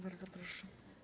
Bardzo proszę.